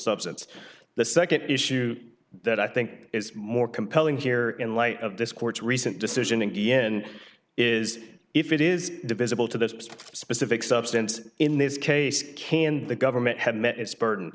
substance the nd issue that i think is more compelling here in light of this court's recent decision in the end is if it is divisible to this specific substance in this case can the government have met its burden